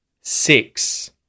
six